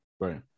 right